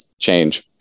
change